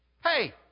Hey